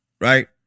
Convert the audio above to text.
right